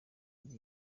yiga